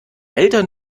eltern